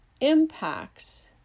impacts